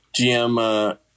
GM